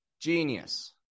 genius